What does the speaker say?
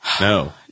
No